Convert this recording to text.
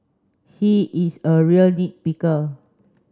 he is a real nit picker